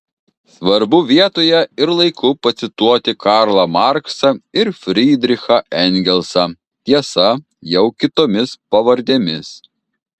svarbu vietoje ir laiku pacituoti karlą marksą ir frydrichą engelsą tiesa jau kitomis pavardėmis